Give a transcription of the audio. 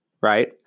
Right